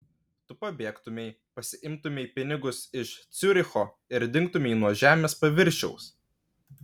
tu pabėgtumei pasiimtumei pinigus iš ciuricho ir dingtumei nuo žemės paviršiaus